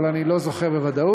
אבל אני לא זוכר בוודאות,